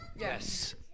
Yes